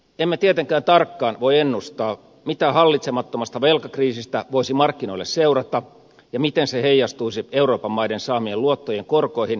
emme tietenkään tarkkaan voi ennustaa mitä hallitsemattomasta velkakriisistä voisi markkinoille seurata ja miten se heijastuisi euroopan maiden saamien luottojen korkoihin ja rahoitusmarkkinoihin